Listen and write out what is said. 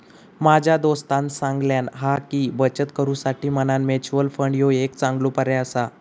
माझ्या दोस्तानं सांगल्यान हा की, बचत करुसाठी म्हणान म्युच्युअल फंड ह्यो एक चांगलो पर्याय आसा